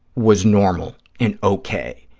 was normal and okay,